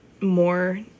more